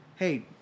Hey